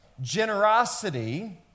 Generosity